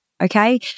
Okay